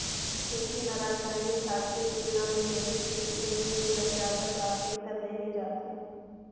खेती म रसायनिक खाद के तुलना म जैविक खेती के उपयोग ल ज्यादा प्राथमिकता देहे जाथे